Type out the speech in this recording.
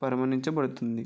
పరిగణించబడుతుంది